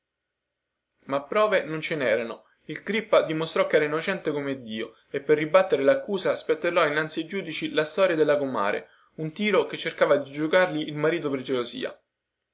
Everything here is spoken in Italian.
ma prove non ce nerano il crippa dimostrò chera innocente come dio e per ribattere laccusa spiattellò innanzi ai giudici la storia della comare un tiro che cercava di giocargli il marito per gelosia